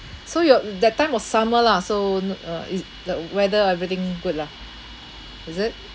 so your that time was summer lah so n~ uh it the weather everything good lah is it